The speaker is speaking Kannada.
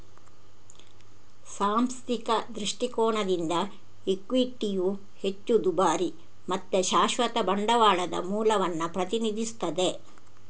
ಸಾಂಸ್ಥಿಕ ದೃಷ್ಟಿಕೋನದಿಂದ ಇಕ್ವಿಟಿಯು ಹೆಚ್ಚು ದುಬಾರಿ ಮತ್ತೆ ಶಾಶ್ವತ ಬಂಡವಾಳದ ಮೂಲವನ್ನ ಪ್ರತಿನಿಧಿಸ್ತದೆ